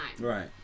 Right